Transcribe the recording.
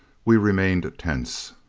we remained tense.